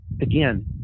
again